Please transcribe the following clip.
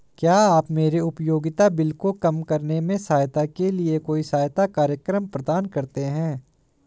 क्या आप मेरे उपयोगिता बिल को कम करने में सहायता के लिए कोई सहायता कार्यक्रम प्रदान करते हैं?